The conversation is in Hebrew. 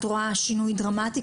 את רואה שינוי דרמטי?